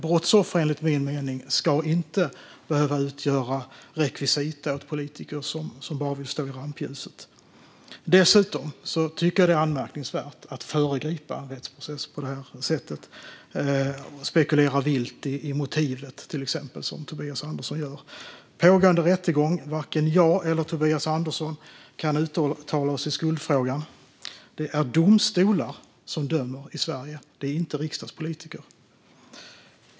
Brottsoffer ska, enligt min mening, inte behöva utgöra rekvisita åt politiker som bara vill stå i rampljuset. Dessutom är det anmärkningsvärt att föregripa rättsprocessen på det sättet och spekulera vilt i motivet, som Tobias Andersson gör. Det är en pågående rättegång. Varken jag eller Tobias Andersson kan uttala oss i skuldfrågan. Det är domstolar som dömer i Sverige, inte riksdagspolitiker.